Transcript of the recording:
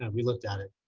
and we looked at it